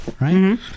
right